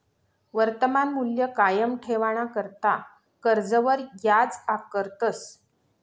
वर्तमान मूल्य कायम ठेवाणाकरता कर्जवर याज आकारतस